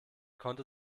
konnte